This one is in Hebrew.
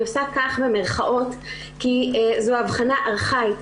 אני מוסיפה מירכאות כי זו הבחנה ארכאית,